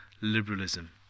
liberalism